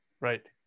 Right